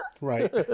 Right